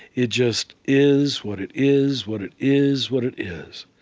it just is what it is what it is what it is,